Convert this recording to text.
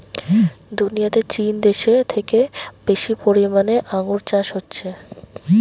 দুনিয়াতে চীন দেশে থেকে বেশি পরিমাণে আঙ্গুর চাষ হচ্ছে